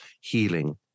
Healing